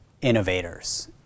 innovators